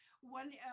one